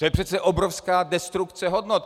To je přece obrovská destrukce hodnot!